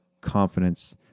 confidence